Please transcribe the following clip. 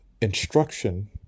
instruction